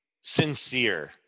sincere